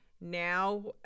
now